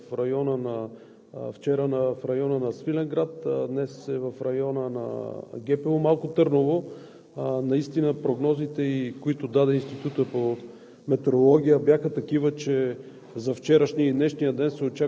премиера главен комисар Кичиков е командирован в района на Свиленград, а днес е в района на ГПУ – Малко Търново. Наистина прогнозите, които даде и Институтът по